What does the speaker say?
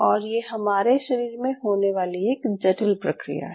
और ये हमारे शरीर में होने वाली एक जटिल प्रक्रिया है